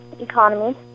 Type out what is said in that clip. economy